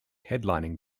headlining